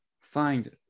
find